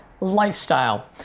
lifestyle